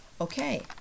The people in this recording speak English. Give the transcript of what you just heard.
Okay